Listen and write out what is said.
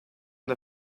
the